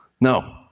No